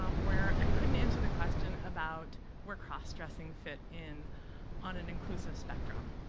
um where i couldn't answer the question about where cross-dressing fit in on an inclusive spectrum.